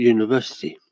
University